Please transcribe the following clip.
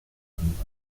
angewandt